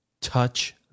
touch